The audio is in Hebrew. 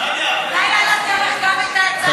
כדאי להעלות גם את ההצעה של,